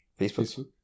Facebook